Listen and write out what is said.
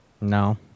No